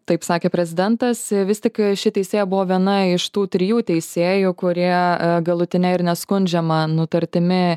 taip sakė prezidentas vis tik ši teisėja buvo viena iš tų trijų teisėjų kurie galutine ir neskundžiama nutartimi